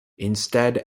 instead